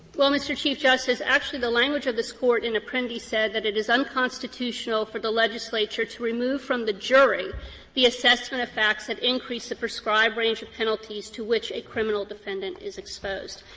well, mr. chief justice, actually the language of this court in apprendi said that it is unconstitutional for the legislature to remove from the jury the assessment of facts that increase the prescribed range of penalties to which a criminal defendant is exposed.